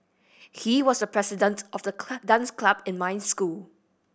he was the president of the dance club in my school